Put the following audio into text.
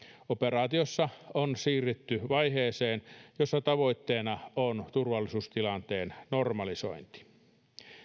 operaatiossa on siirrytty vaiheeseen jossa tavoitteena on turvallisuustilanteen normalisointi